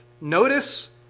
Notice